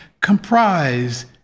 comprise